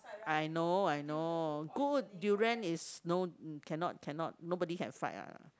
I know I know good durian is no cannot cannot nobody can fight lah